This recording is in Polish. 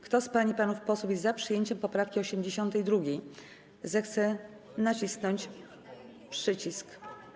Kto z pań i panów posłów jest za przyjęciem poprawki 82., zechce nacisnąć przycisk.